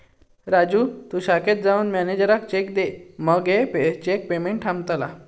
राजू तु शाखेत जाऊन मॅनेजराक अर्ज दे मगे चेक पेमेंट थांबतला